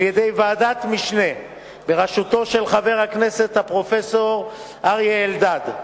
על-ידי ועדת משנה בראשותו של חבר הכנסת הפרופסור אריה אלדד.